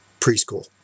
preschool